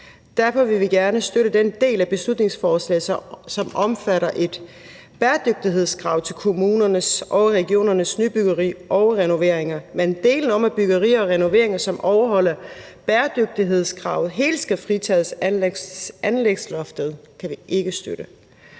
Derfor vil vi gerne støtte den del af beslutningsforslaget, som omfatter et bæredygtighedskrav til kommunernes og regionernes nybyggeri og renoveringer, men delen om, at byggeri og renoveringer, som overholder bæredygtighedskravet, helt skal fritages for anlægsloftet, kan vi ikke støtte.